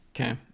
Okay